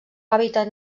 hàbitat